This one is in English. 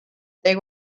they